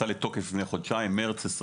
לפני חודשיים שנכנסה לתוקף במרץ 2022,